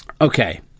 Okay